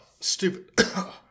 stupid